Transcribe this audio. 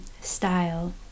style